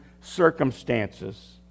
circumstances